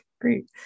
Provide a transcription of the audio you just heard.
great